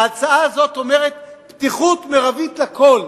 ההצעה הזאת אומרת: פתיחות מרבית לכול.